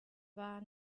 war